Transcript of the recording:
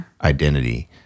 identity